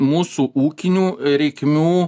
mūsų ūkinių reikmių